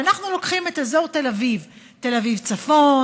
כשאנחנו לוקחים את אזור תל אביב: תל אביב צפון,